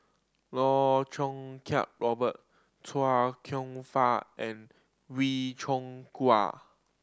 Loh Choo Kiat Robert Chia Kwek Fah and Wee Cho